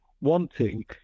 Wanting